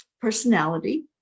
personality